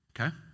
Okay